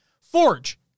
Forge